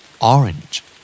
Orange